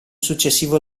successivo